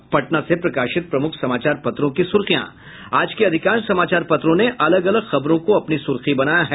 अब पटना से प्रकाशित प्रमुख समाचार पत्रों की सुर्खियां आज के अधिकांश समाचार पत्रों ने अलग अलग खबरों को अपनी सुर्खी बनाया है